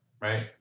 Right